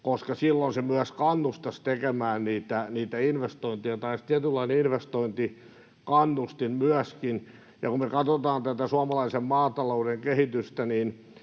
koska silloin se myös kannustaisi tekemään niitä investointeja. Tämä olisi tietynlainen investointikannustin myöskin. Ja kun me katsotaan tätä suomalaisen maatalouden kehitystä, niin